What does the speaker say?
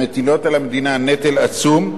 הן מטילות על המדינה נטל כספי עצום,